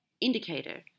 indicator